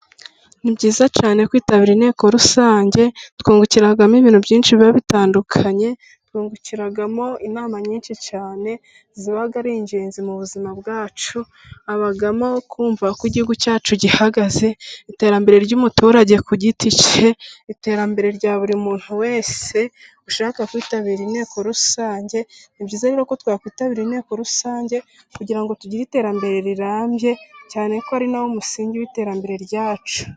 Ni byiza cyane kwitabira inteko rusange. Twungukiramo ibintu byinshi biba bitandukanye, twungukiramo inama nyinshi cyane ziba ari ingenzi mu buzima bwacu, habamo kumva uko igihugu cyacu gihagaze, iterambere ry'umuturage ku giti cye, iterambere rya buri muntu wese ushaka kwitabira inteko rusange. Ni byiza rero ko twakwitabira inteko rusange, kugira ngo tugire iterambere rirambye, cyane ko ari na wo musingi w'iterambere ryacu.